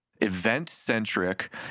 event-centric